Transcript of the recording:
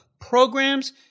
programs